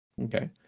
Okay